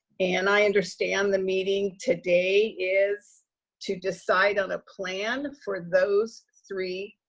and i understand the meeting today is to decide on a plan for those three